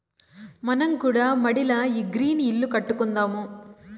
మనం కూడా మడిల ఈ గ్రీన్ ఇల్లు కట్టుకుందాము